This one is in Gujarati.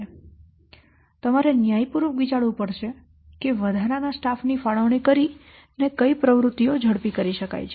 તેથી તમારે ન્યાયપૂર્વક વિચારવું પડશે કે વધારાના સ્ટાફ ની ફાળવણી કરીને કઈ પ્રવૃત્તિઓ ઝડપી કરી શકાય છે